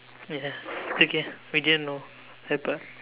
ya it's okay we didn't know I thought